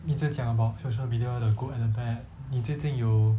一直讲 about social media 的 good and the bad 你最近有